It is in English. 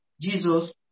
Jesus